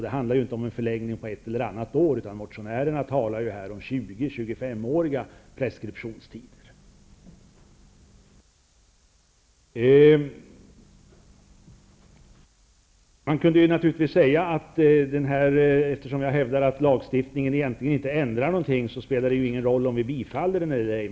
Det handlar inte om en förlängning på ett eller annat år, utan motionärerna talar om 20-- Eftersom jag hävdar att lagstiftningen inte ändrar någonting, kunde jag naturligtvis säga att det inte spelar någon roll om vi bifaller förslaget eller ej.